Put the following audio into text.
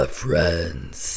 friends